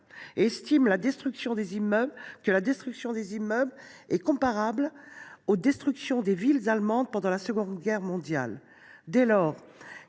et estime que la destruction des immeubles est comparable aux destructions des villes allemandes pendant la Seconde Guerre mondiale.